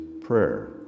prayer